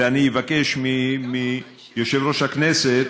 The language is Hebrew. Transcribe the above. ואני אבקש מיושב-ראש הכנסת